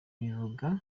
bivuga